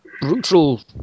brutal